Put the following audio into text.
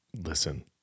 Listen